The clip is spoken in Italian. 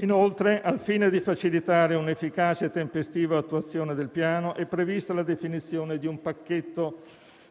Inoltre, al fine di facilitare un'efficace e tempestiva attuazione del Piano, è prevista la definizione di un pacchetto